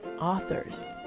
authors